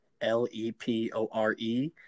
L-E-P-O-R-E